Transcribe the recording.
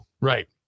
Right